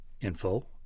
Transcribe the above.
info